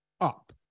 up